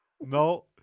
No